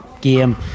game